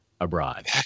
Abroad